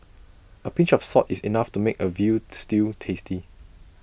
A pinch of salt is enough to make A Veal Stew tasty